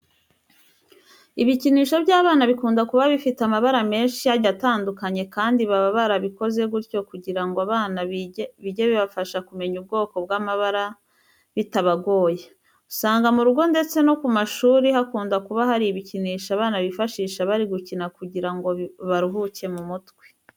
Ibikinisho by'abana bikunda kuba bifite amabara menshi agiye atandukanye kandi baba barabikoze gutyo kugira ngo abana bijye bibafasha kumenya ubwoko bw'amabara bitabagoye. Usanga mu rugo ndetse no ku mashuri hakunda kuba hari ibikinisho abana bifashisha bari gukina kugira ngo barukuke mu mutwe.